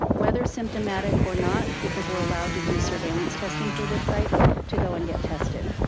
whether symptomatic or not, because we're allowed to do surveillance testing through this site to go and get tested.